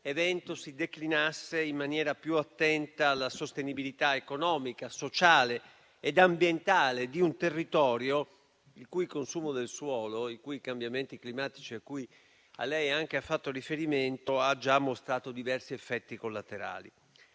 si declinasse in maniera più attenta alla sostenibilità economica, sociale e ambientale di un territorio il cui consumo del suolo e i cui cambiamenti climatici, ai quali anche lei ha fatto riferimento, signor Ministro, hanno già mostrato diversi effetti collaterali.